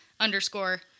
Underscore